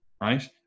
right